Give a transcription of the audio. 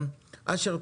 אשר,